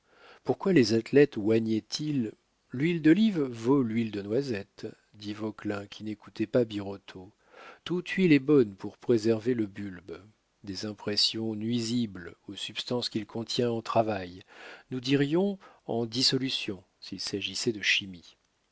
pourquoi les athlètes oignaient ils l'huile d'olive vaut l'huile de noisette dit vauquelin qui n'écoutait pas birotteau toute huile est bonne pour préserver le bulbe des impressions nuisibles aux substances qu'il contient en travail nous dirions en dissolution s'il s'agissait de chimie